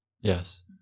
Yes